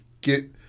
get